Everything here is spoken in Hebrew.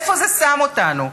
איפה זה שם אותנו?